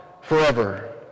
forever